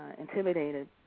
intimidated